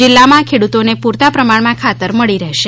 જિલ્લામાં ખેડૂતોને પૂરતા પ્રમાણમાં ખાતર મળી રહેશે